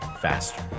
faster